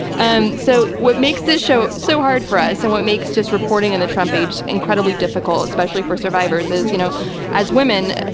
and so what makes the show so hard for us, and what makes just reporting in the trump age incredibly difficult, especially for survivors is, you know as women,